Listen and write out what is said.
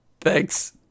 Thanks